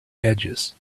edges